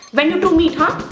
when you two meet, huh?